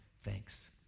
Thanks